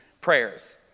prayers